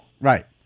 Right